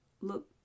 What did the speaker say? look